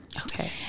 okay